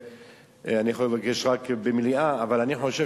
אני יכול לבקש רק מליאה אבל אני חושב